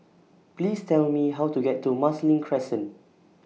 Please Tell Me How to get to Marsiling Crescent